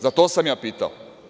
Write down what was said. Za to sam ja pitao.